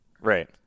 right